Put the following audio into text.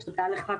תודה לך,